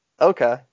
Okay